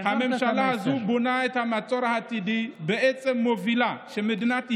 הממשלה הזו בונה את המצור העתידי ובעצם מובילה שמדינת ישראל,